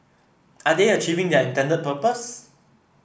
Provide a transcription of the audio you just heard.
are they achieving their intended purpose